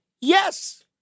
Yes